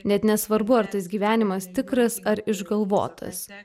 net nesvarbu ar tas gyvenimas tikras ar išgalvotas